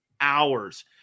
hours